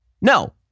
No